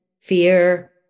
fear